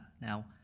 now